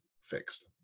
fixed